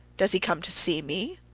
does he come to see me?